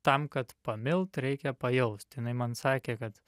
tam kad pamilt reikia pajaust jinai man sakė kad